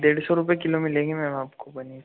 डेढ़ सौ रुपये किलो मिलेगी मैम आपको पनीर